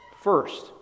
First